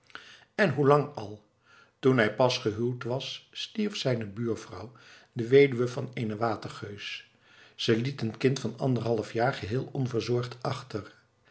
en hoe lang al toen hij pas gehuwd was stierf zijne buurvrouw de weduwe van eenen watergeus ze liet een kind van anderhalf jaar geheel onverzorgd achter